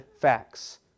facts